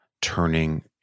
turning